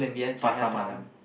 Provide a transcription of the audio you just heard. Pasar Malam